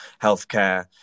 healthcare